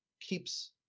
keeps